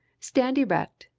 stand erect,